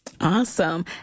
Awesome